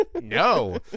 no